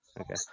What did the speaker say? Okay